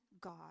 God